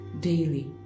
daily